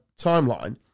timeline